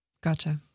Gotcha